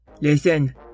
Listen